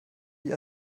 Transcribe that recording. die